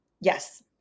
yes